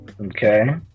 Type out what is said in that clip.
Okay